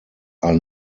are